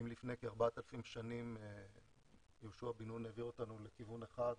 אם לפני כ-4,000 שנים יהושע בן נון העביר אותנו לכיוון אחד,